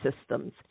systems